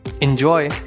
Enjoy